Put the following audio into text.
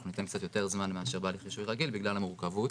אנחנו ניתן קצת יותר זמן מאשר בהליך רישוי רגיל בגלל המורכבות.